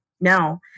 No